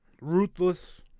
ruthless